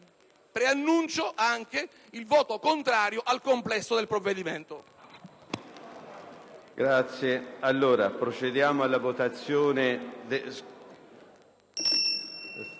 preannunzio anche il voto contrario al complesso del provvedimento.